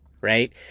right